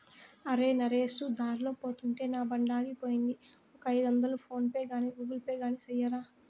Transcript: అరే, నరేసు దార్లో పోతుంటే నా బండాగిపోయింది, ఒక ఐదొందలు ఫోన్ పే గాని గూగుల్ పే గాని సెయ్యరా